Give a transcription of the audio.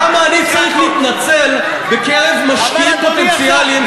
למה אני צריך להתנצל בקרב משקיעים פוטנציאליים,